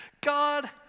God